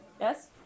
Yes